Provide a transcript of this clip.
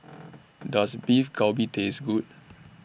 Does Beef Galbi Taste Good